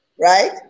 right